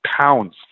pounds